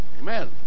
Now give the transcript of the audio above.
Amen